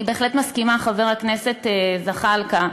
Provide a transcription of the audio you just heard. אני בהחלט מסכימה, חבר הכנסת זחאלקה,